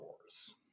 Wars